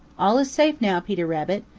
all is safe now, peter rabbit.